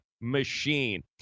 machine